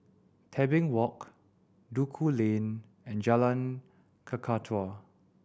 Tebing Walk Duku Lane and Jalan Kakatua